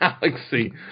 galaxy